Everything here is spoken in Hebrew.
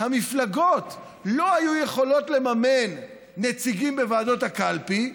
המפלגות לא היו יכולות לממן נציגים בוועדות הקלפי,